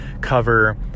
cover